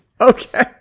Okay